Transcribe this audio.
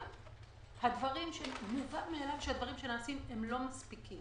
אבל מובן מאליו שהדברים שנעשים הם לא מספיקים.